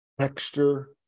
texture